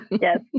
Yes